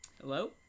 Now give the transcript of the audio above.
Hello